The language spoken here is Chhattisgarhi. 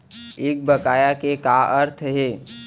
एक बकाया के का अर्थ हे?